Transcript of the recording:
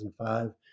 2005